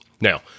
Now